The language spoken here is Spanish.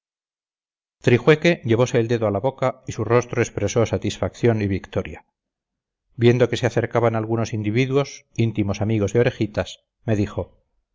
cuento trijueque llevose el dedo a la boca y su rostro expresó satisfacción y victoria viendo que se acercaban algunos individuos íntimos amigos de orejitas me dijo